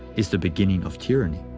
is the beginning of tyranny.